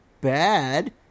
bad